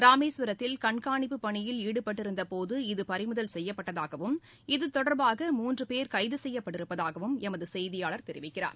ராமேஸ்வரத்தில் கண்காணிப்புப் பணியில் ஈடுபட்டிருந்த போது இது பறிமுதல் செய்யப்பட்டதாகவும் இது தொடர்பாக மூன்று போ் கைது செய்யப்பட்டிருப்பதாகவும் எமது செய்தியாளர் தெரிவிக்கிறார்